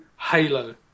Halo